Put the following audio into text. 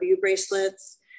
bracelets